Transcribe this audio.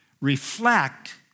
reflect